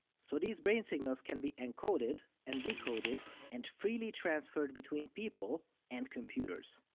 so these brain signals can be encoded and decoded and freely transferred between people and computers.